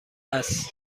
است